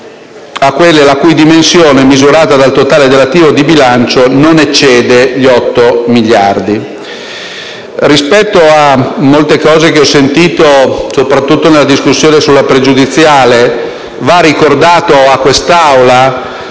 a quelle la cui dimensione, misurata dal totale dell'attivo di bilancio, non eccede gli 8 miliardi di euro. Rispetto a molte cose che ho sentito, soprattutto nella discussione sulla questione pregiudiziale, va ricordato a quest'Aula